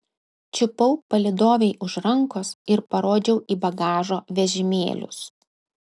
čiupau palydovei už rankos ir parodžiau į bagažo vežimėlius